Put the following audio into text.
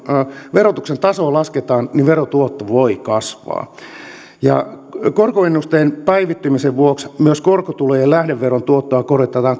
verotuksen tasoa lasketaan niin verotuotto voi kasvaa korkoennusteen päivittymisen vuoksi myös korkotulojen lähdeveron tuottoa korotetaan